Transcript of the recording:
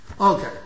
Okay